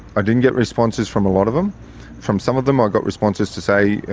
i didn't get responses from a lot of them from some of them i got responses to say,